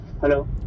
Hello